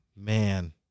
man